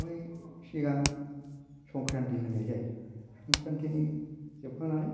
बेवहाय सिगां संक्रान्ति होनाय जायो संक्रान्तिनि जोबखांनानै